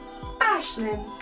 Ashlyn